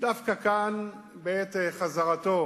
דווקא כאן, בעת חזרתו